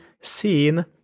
seen